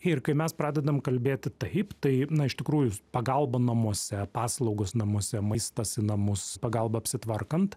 ir kai mes pradedam kalbėti taip tai na iš tikrųjų pagalba namuose paslaugos namuose maistas į namus pagalba apsitvarkant